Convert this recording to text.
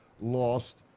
lost